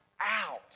out